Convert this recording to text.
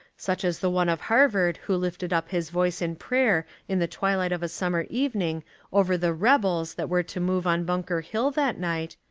such as the one of harvard who lifted up his voice in prayer in the twilight of a summer evening over the rebels that were to move on bunker hill that night,